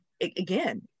again